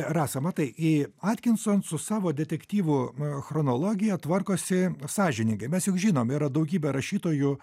rasa matai į atkinson su savo detektyvu chronologija tvarkosi sąžiningai mes juk žinom yra daugybė rašytojų